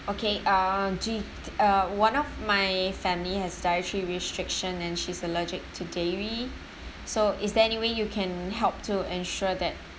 okay uh g~ uh one of my family has dietary restriction and she's allergic to dairy so is there any way you can help to ensure that